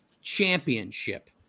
championship